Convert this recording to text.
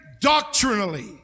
doctrinally